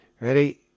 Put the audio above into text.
ready